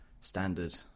standard